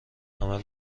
عمل